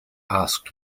asked